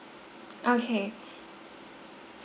okay